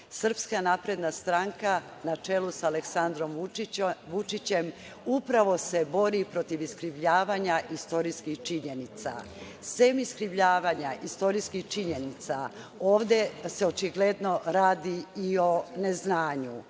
Srpska napredna stranka na čelu sa Aleksandrom Vučićem upravo se bori protiv iskrivljavanja istorijskih činjenica. Sem iskrivljavanja istorijskih činjenica, ovde se očigledno radi i o neznanju.